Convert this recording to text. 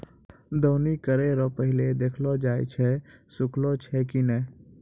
दौनी करै रो पहिले देखलो जाय छै सुखलो छै की नै